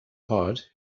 pod